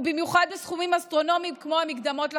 ובמיוחד בסכומים אסטרונומיים כמו המקדמות לחתונות.